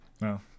No